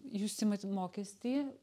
jūs imat mokestį